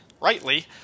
rightly